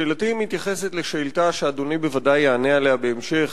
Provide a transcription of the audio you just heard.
שאלתי מתייחסת לשאילתא שאדוני בוודאי יענה עליה בהמשך,